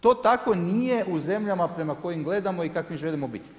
To tako nije u zemljama prema kojim gledamo i kakvim želimo biti.